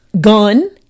Gun